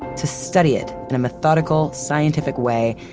to study it in a methodical, scientific way,